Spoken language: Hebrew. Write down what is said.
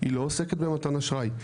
היא לא עוסקת במתן אשראי,